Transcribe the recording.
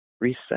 Reset